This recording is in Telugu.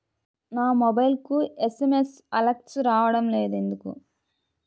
నా మొబైల్కు ఎస్.ఎం.ఎస్ అలర్ట్స్ రావడం లేదు ఎందుకు?